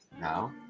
now